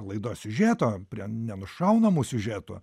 laidos siužeto prie nenušaunamų siužetų